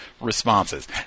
responses